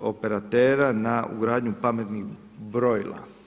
operatera na ugradnju pametnih brojila.